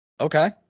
Okay